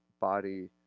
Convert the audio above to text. body